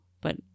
But-